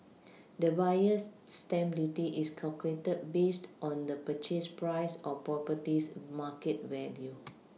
the Buyer's stamp duty is calculated based on the purchase price or property's market value